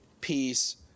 peace